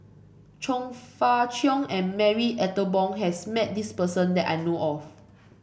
Chong Fah Cheong and Marie Ethel Bong has met this person that I know of